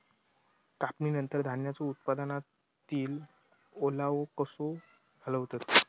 कापणीनंतर धान्यांचो उत्पादनातील ओलावो कसो घालवतत?